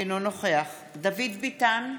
אינו נוכח דוד ביטן,